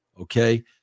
Okay